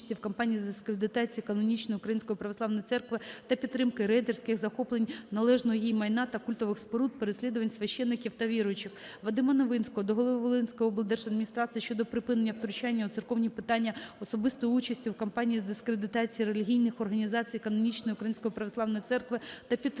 Вадима Новинського до голови Волинської облдержадміністрації щодо припинення втручання у церковні питання, особистої участі у кампанії з дискредитації релігійних організацій канонічної Української Православної Церкви та підтримки